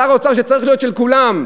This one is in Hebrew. שר האוצר, שצריך להיות של כולם.